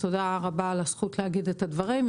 תודה רבה על הזכות להגיד את הדברים.